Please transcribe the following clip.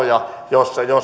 ja